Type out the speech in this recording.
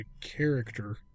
character